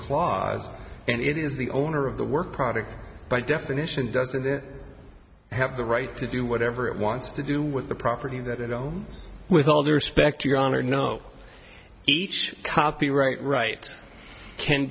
clause and it is the owner of the work product by definition doesn't have the right to do whatever it wants to do with the property that it owns with all due respect your honor no each copyright write can